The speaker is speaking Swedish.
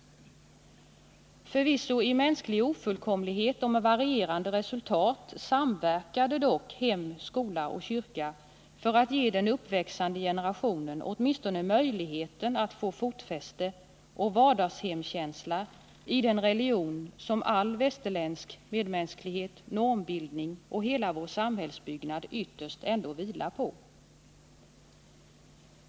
Förvisso i mänsklig ofullkomlighet och med varierande resultat samverkade dock hem, skola och kyrka för att ge den uppväxande generationen åtminstone möjligheten att få fotfäste och vardags-hemkänsla i den religion som all västerländsk medmänsklighet, normbildning och hela vår samhällsbyggnad ytterst ändå vilar på.